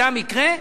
זה המקרה?